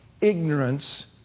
ignorance